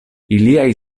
iliaj